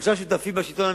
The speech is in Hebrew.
שלושה שותפים בשלטון המקומי,